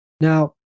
Now